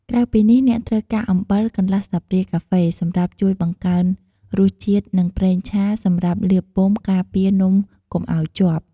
ក្រៅពីនេះ អ្នកត្រូវការ អំបិល កន្លះស្លាបព្រាកាហ្វេ សម្រាប់ជួយបង្កើនរសជាតិ និង ប្រេងឆា សម្រាប់លាបពុម្ពការពារនំកុំឱ្យជាប់។